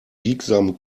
biegsamen